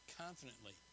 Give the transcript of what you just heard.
confidently